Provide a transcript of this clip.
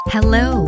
Hello